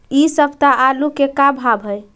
इ सप्ताह आलू के का भाव है?